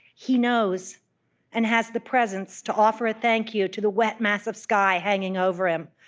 he knows and has the presence to offer a thank-you to the wet mass of sky hanging over him.